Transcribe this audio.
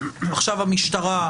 עכשיו המשטרה,